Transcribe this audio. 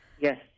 Yes